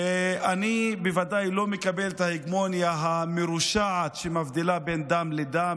אני בוודאי לא מקבל את ההגמוניה המרושעת שמבדילה בין דם לדם,